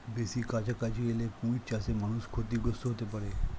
বেশি কাছাকাছি এলে কুমির চাষে মানুষ ক্ষতিগ্রস্ত হতে পারে